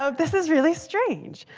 ah this was really strange.